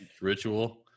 ritual